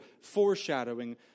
foreshadowing